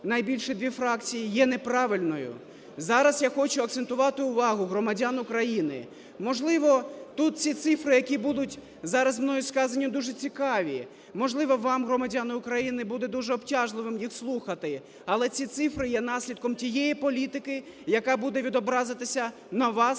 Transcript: найбільші дві фракції, є неправильною. Зараз я хочу акцентувати увагу громадян України, можливо, тут ці цифри, які будуть зараз мною сказані, дуже цікаві. Можливо, вам громадяни України, буде дуже обтяжливим їх слухати, але ці цифри є наслідком тієї політики, яка буде відображатися на вас